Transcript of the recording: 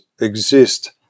exist